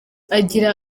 agira